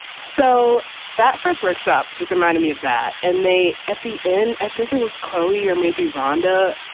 so that first workshop just reminded me of that. and they at the end, i think it was chloe or maybe rhondda.